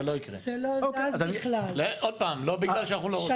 זה לא יקרה, לא בגלל שאנחנו לא רוצים.